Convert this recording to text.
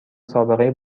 سابقه